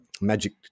magic